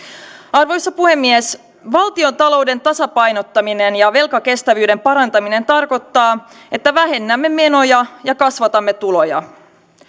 arvoisa puhemies valtiontalouden tasapainottaminen ja velkakestävyyden parantaminen tarkoittavat että vähennämme menoja ja kasvatamme tuloja